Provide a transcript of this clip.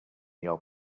your